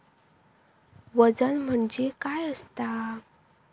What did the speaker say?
वजन म्हणजे काय असता?